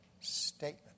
statement